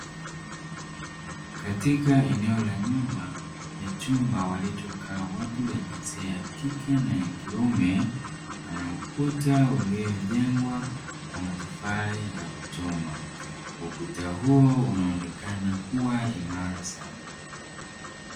Katika eneo la nyuma ya chumba walichokaa watu wa jinsia ya kike na ya kiume kuna ukuta ulio jengwa kwa matofali ya kuchoma, ukuta huo unaonekana kuwa imara sana.